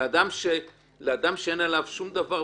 לאדם שאין עליו שום דבר,